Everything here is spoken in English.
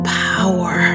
power